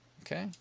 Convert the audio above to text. okay